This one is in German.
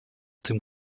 dem